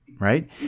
Right